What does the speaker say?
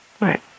right